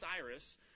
Cyrus